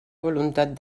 voluntat